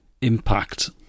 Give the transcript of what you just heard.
impact